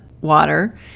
water